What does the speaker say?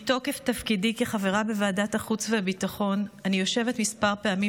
מתוקף תפקידי כחברה בוועדת חוץ וביטחון אני יושבת כמה פעמים